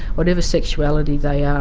whatever sexuality they are,